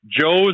Joe's